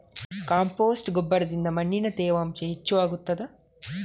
Compost ಗೊಬ್ಬರದಿಂದ ಮಣ್ಣಿನಲ್ಲಿ ತೇವಾಂಶ ಹೆಚ್ಚು ಆಗುತ್ತದಾ?